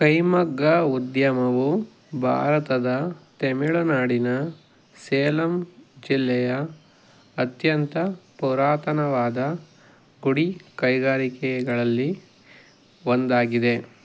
ಕೈಮಗ್ಗ ಉದ್ಯಮವು ಭಾರತದ ತಮಿಳ್ನಾಡಿನ ಸೇಲಂ ಜಿಲ್ಲೆಯ ಅತ್ಯಂತ ಪುರಾತನವಾದ ಗುಡಿ ಕೈಗಾರಿಕೆಗಳಲ್ಲಿ ಒಂದಾಗಿದೆ